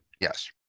yes